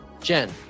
jen